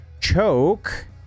Choke